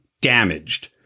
damaged